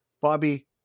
Bobby